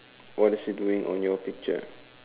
what is he doing on your picture